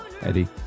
Eddie